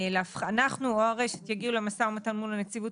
אנחנו או הרשת יגיעו למשא ומתן מול הנציבות